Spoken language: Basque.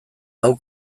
hau